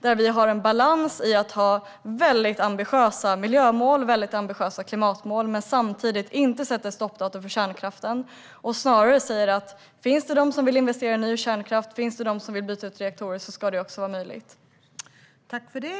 Där finns en balans mellan väldigt ambitiösa miljö och klimatmål och att inte sätta ett stoppdatum för kärnkraften. Vi säger snarare att om det finns någon som vill investera i ny kärnkraft eller vill byta ut reaktorer ska det också vara möjligt.